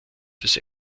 des